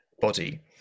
Body